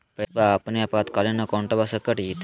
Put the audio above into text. पैस्वा अपने आपातकालीन अकाउंटबा से कट जयते?